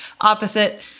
opposite